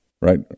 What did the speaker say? Right